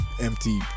empty